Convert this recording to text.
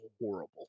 horrible